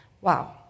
Wow